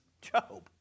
Job